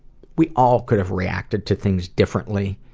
we all could have reacted to things differently.